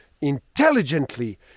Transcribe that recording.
intelligently